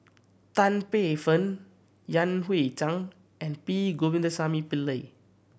Tan Paey Fern Yan Hui Chang and P Govindasamy Pillai